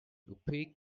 opaque